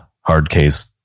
Hardcase